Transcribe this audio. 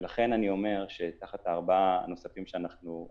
ולכן אני אומר שתחת ה-4 הנוספים שנוסיף,